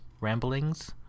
ramblings